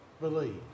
believe